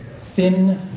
thin